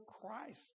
Christ